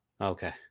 Okay